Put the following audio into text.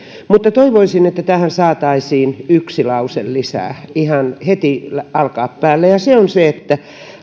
mutta toivoisin että tähän saataisiin yksi lause lisää ihan heti alkaa päälle ja se on se että